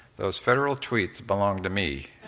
those federal tweets belong to me.